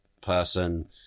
person